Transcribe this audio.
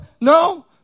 No